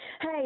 Hey